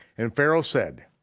and pharaoh said,